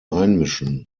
einmischen